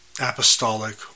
apostolic